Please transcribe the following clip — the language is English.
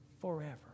forever